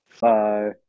Bye